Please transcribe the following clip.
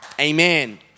Amen